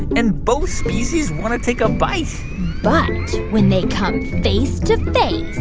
and both species want to take a bite but when they come face to face.